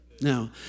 Now